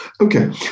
Okay